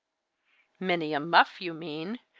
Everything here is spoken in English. many a muff, you mean!